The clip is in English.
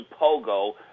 Pogo